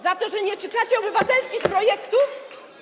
Za to, że nie czytacie obywatelskich projektów?